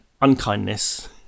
unkindness